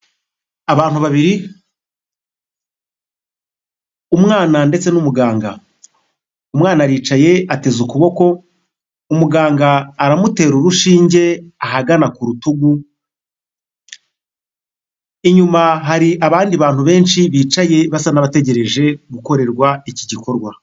Abantu babiri umwana ndetse n'umuganga, umwana aricaye ateze ukuboko umuganga aramu urushinge ahagana ku rutugu inyuma hari abandi bantu benshi bicaye basa n'abategereje gukorerwa iki gikorwa.